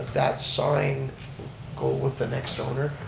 that sign go with the next owner?